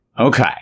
Okay